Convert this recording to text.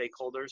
stakeholders